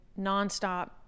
nonstop